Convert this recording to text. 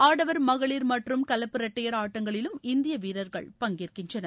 ஆடவர் மகளிர் மற்றும் கலப்பு இரட்டையர் ஆட்டங்களிலும் இந்திய வீரர்கள் பங்கேற்கின்றனர்